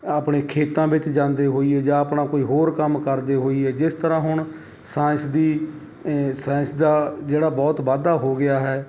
ਆਪਣੇ ਖੇਤਾਂ ਵਿੱਚ ਜਾਂਦੇ ਹੋਈਏ ਜਾਂ ਆਪਣਾ ਕੋਈ ਹੋਰ ਕੰਮ ਕਰਦੇ ਹੋਈਏ ਜਿਸ ਤਰ੍ਹਾਂ ਹੁਣ ਸਾਇੰਸ ਦੀ ਸਾਇੰਸ ਦਾ ਜਿਹੜਾ ਬਹੁਤ ਵਾਧਾ ਹੋ ਗਿਆ ਹੈ